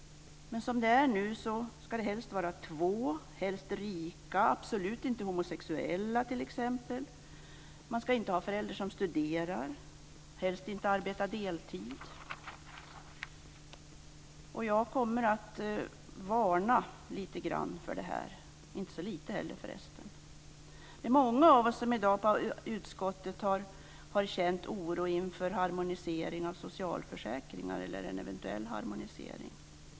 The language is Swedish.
Men som det är nu ska de helst vara två, rika, absolut inte homosexuella, inte studera och inte arbeta deltid. Jag kommer att varna för detta - inte så lite heller. Det är många av oss i utskottet som har känt oro inför en eventuell harmonisering av socialförsäkringar.